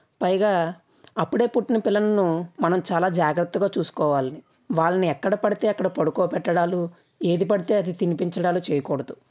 పైగా అప్పుడే పుట్టిన పిల్లలను మనం చాలా జాగ్రత్తగా చూసుకోవాలి వాళ్ళని ఎక్కడపడితే అక్కడ పడుకోబెట్టడాలు ఏది పడితే అది తినిపించడాలు చేయకూడదు